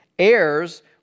...heirs